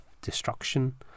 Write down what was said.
destruction